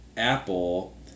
Apple